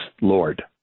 Lord